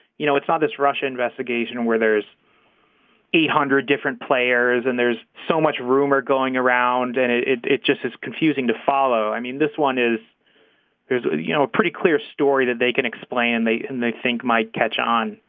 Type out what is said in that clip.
you know it's not ah this rush investigation where there's a hundred different players and there's so much rumor going around and it's just as confusing to follow. i mean this one is there's ah you know a pretty clear story that they can explain they and they think might catch on.